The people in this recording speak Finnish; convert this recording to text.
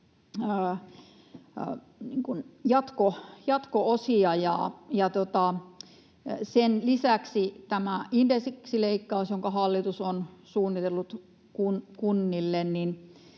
jatko-osia. Sen lisäksi tämä indeksileikkaus, jonka hallitus on suunnitellut kunnille,